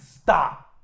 Stop